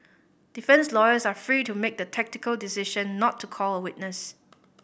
defence lawyers are free to make the tactical decision not to call a witness